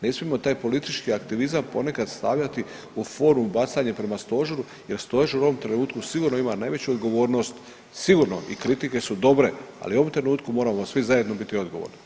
Ne smijemo taj politički aktivizam ponekad stavljati u formu bacanja prema stožeru jer stožer u ovom trenutku sigurno ima najveću odgovornost, sigurno i kritike su dobre, ali u ovom trenutku moramo svi zajedno biti odgovorni.